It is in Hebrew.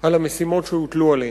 על המשימות שהוטלו עליהן.